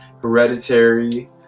hereditary